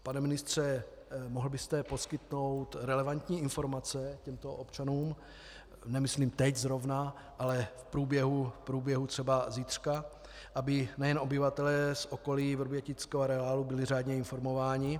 Pane ministře, mohl byste poskytnout relevantní informace těmto občanům, nemyslím teď zrovna, ale v průběhu třeba zítřka, aby nejen obyvatelé z okolí vrbětického areálu byli řádně informováni?